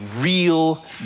real